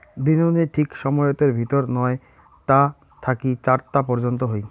দিননি ঠিক সময়তের ভিতর নয় তা থাকি চার তা পর্যন্ত হই